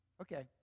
Okay